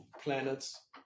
planets